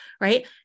right